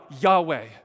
Yahweh